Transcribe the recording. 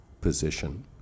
position